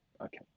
okay